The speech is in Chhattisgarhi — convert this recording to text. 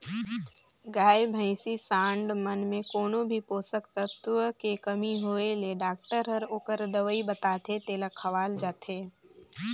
गाय, भइसी, सांड मन में कोनो भी पोषक तत्व के कमी होय ले डॉक्टर हर ओखर दवई बताथे तेला खवाल जाथे